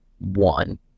One